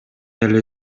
эле